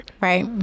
right